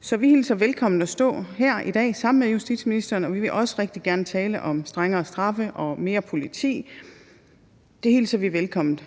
Så vi hilser det velkommen at stå her i dag sammen med justitsministeren, og vi vil også rigtig gerne tale om strengere straffe og mere politi – det hilser vi velkommen.